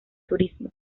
turismo